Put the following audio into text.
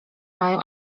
mają